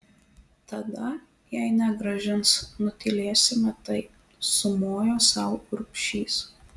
tada jei negrąžins nutylėsime tai sumojo sau urbšys